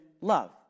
love